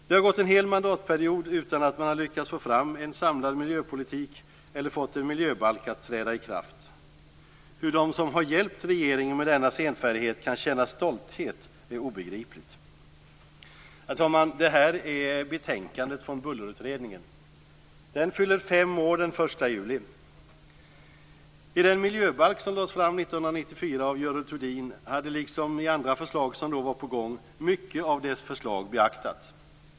Det har gått en hel mandatperiod utan att man har lyckats få fram en samlad miljöpolitik eller få en miljöbalk att träda i kraft. Hur de som har hjälpt regeringen med denna senfärdighet kan känna stolthet är obegripligt. Herr talman! Jag har betänkandet från Bullerutredningen i min hand. Den fyller fem år den 1 Thurdin hade, liksom de andra förslag som då var på gång, många av dess förslag beaktats.